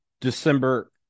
December